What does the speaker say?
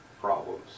problems